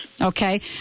Okay